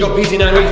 ah p z nine,